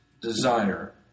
desire